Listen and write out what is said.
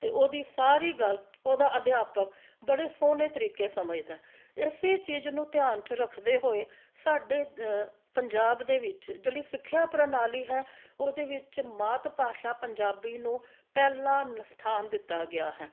ਅਤੇ ਉਹਦੀ ਸਾਰੀ ਗੱਲ ਉਹਦਾ ਅਧਿਆਪਕ ਬੜੇ ਸੋਹਣੇ ਤਰੀਕੇ ਸਮਝਦਾ ਇਸੇ ਚੀਜ਼ ਨੂੰ ਧਿਆਨ 'ਚ ਰੱਖਦੇ ਹੋਏ ਸਾਡੇ ਪੰਜਾਬ ਦੇ ਵਿੱਚ ਜਿਹੜੀ ਸਿੱਖਿਆ ਪ੍ਰਣਾਲੀ ਹੈ ਉਹਦੇ ਵਿੱਚ ਮਾਤ ਭਾਸ਼ਾ ਪੰਜਾਬੀ ਨੂੰ ਪਹਿਲਾ ਸਥਾਨ ਦਿੱਤਾ ਗਿਆ ਹੈ